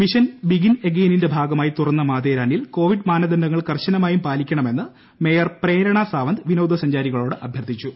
mission begin എഗെയിനിന്റെ ഭാഗമായി തുറന്ന മാത്തേരാനിൽ കോവിഡ് മാനദണ്ഡങ്ങൾ കർശനമായും പാലിക്കണമെന്ന് മേയർ പ്രേരണ സാവന്ത് വിനോദ സഞ്ചാരികളോട് അഭ്യർഥിച്ചു